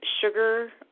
sugar